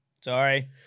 Sorry